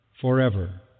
forever